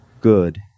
good